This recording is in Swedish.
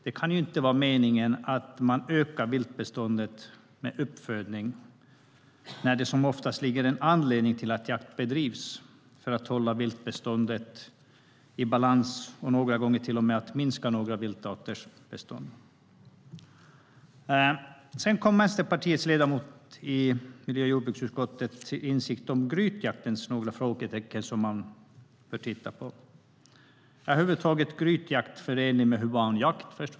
Det kan ju inte vara meningen att man ökar viltbeståndet med uppfödning när anledningen till att jakt bedrivs oftast är att hålla viltbeståndet i balans och några gånger till och med att minska några viltarters bestånd. Sedan kom Vänsterpartiets ledamot i miljö och jordbruksutskottet till insikt om några frågetecken kring grytjakt som man bör titta på. Är grytjakt över huvud taget förenlig med human jakt?